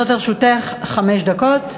עומדות לרשותך חמש דקות.